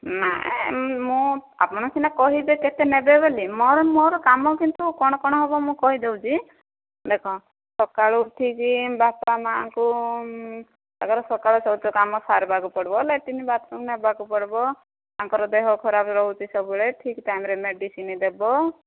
ମୁଁ ଆପଣ ସିନା କହିବେ କେତେ ନେବେ ବୋଲି ମୋର ମୋର କାମ କିନ୍ତୁ କ'ଣ କ'ଣ ହେବ ମୁଁ କହିଦେଉଛି ଦେଖ ସକାଳୁ ଉଠିକି ବାପା ମାଆଙ୍କୁ ତାଙ୍କର ସକାଳ ଶୌଚ କାମ ସାରିବାକୁ ପଡ଼ିବ ଲାଟ୍ରିନ୍ ବାଥ୍ରୁମ୍ ନେବାକୁ ପଡ଼ିବ ତାଙ୍କର ଦେହ ଖରାପ ରହୁଛି ସବୁବେଳେ ଠିକ୍ ଟାଇମ୍ରେ ମେଡ଼ିସିନ୍ ଦେବ